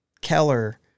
Keller